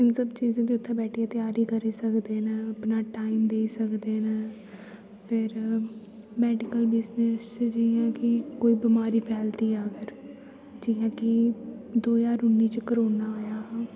इस सब चीजां इत्थें बैठियै त्यारी करी सकदे न अपनी टाईम देई सकदे न फिर मैडिकल बिज़नस च जियां कि कोई बिमारी फैलदी ऐ जां फिर जियां कि दो ज्हार उन्नी च करोनां आया हा